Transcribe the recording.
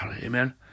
Amen